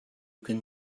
can